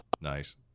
Nice